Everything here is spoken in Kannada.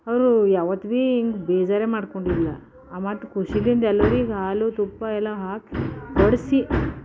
ಅವ್ರು ಯಾವತ್ತೂ ಹಿಂಗೆ ಬೇಜಾರೇ ಮಾಡಿಕೊಂಡಿಲ್ಲ ಮತ್ತು ಖುಷಿಯಿಂದ ಎಲ್ಲರಿಗೆ ಹಾಲು ತುಪ್ಪ ಎಲ್ಲ ಹಾಕಿ ಬಡಿಸಿ